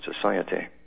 society